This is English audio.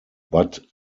but